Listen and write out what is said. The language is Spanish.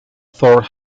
thor